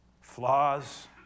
flaws